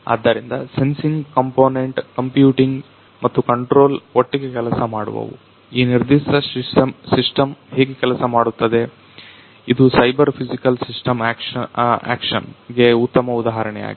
ಆದ್ದರಿಂದ sensing component computing ಮತ್ತು control ಒಟ್ಟಿಗೆ ಕೆಲಸ ಮಾಡುವುವು ಈ ನಿರ್ದಿಷ್ಟ ಸಿಸ್ಟಮ್ ಹೇಗೆ ಕೆಲಸ ಮಾಡುತ್ತದೆ ಇದು ಸೈಬರ್ ಫಿಸಿಕಲ್ ಸಿಸ್ಟಮ್ ಆಕ್ಷನ್ ಗೆ ಉತ್ತಮ ಉದಾಹರಣೆಯಾಗಿದೆ